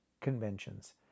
conventions